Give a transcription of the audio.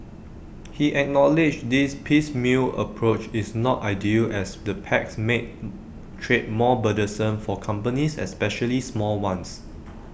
he acknowledged this piecemeal approach is not ideal as the pacts make trade more burdensome for companies especially small ones